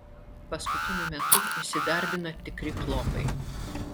paskutiniu metu įsidarbina tikri chlopai